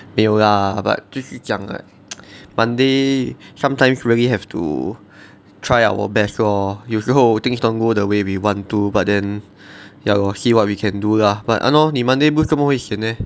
没有 lah but 继续讲 what monday sometimes really have to try our best lor 有时候 things don't go the way we want to but then ya lor see what we can do lah but !hannor! 你 monday blues 做么会 sian leh